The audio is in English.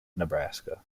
nebraska